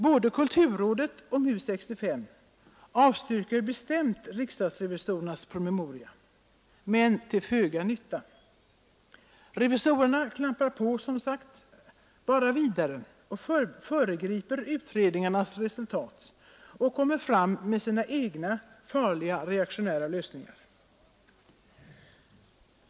Både kulturrådet och MUS 65 avstyrker bestämt riksdagsrevisorernas promemoria, men till föga nytta. Revisorerna klampar som sagt bara vidare och föregriper utredningarnas resultat genom att komma fram med sina egna farliga reaktionära lösningar.